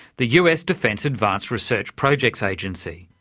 the us defence advanced research projects agency.